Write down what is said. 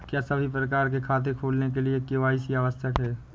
क्या सभी प्रकार के खाते खोलने के लिए के.वाई.सी आवश्यक है?